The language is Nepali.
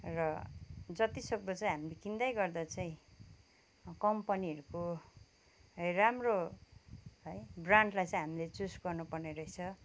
र जतिसक्दो चाहिँ हामीले किन्दै गर्दा चाहिँ कम्पनीहरूको राम्रो है ब्रान्डलाई चाहिँ हामीले चुज गर्नु पर्ने रहेछ